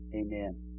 Amen